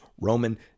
Roman